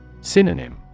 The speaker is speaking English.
Synonym